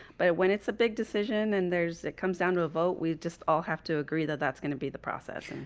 but when it's a big decision, and there's it comes down to a vote, we just all have to agree that that's going to be the process.